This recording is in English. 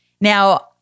Now